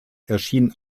erschien